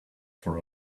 for